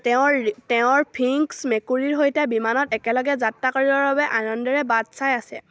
তেওঁৰ তেওঁৰ স্ফিংক্স মেকুৰীৰ সৈতে বিমানত একেলগে যাত্ৰা কৰিবৰ বাবে আনন্দেৰে বাট চাই আছে